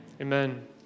Amen